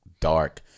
dark